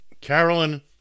Carolyn